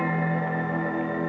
and